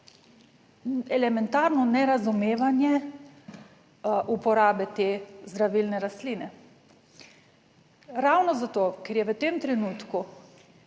elementarno nerazumevanje uporabe te zdravilne rastline. Ravno zato, ker je v tem trenutku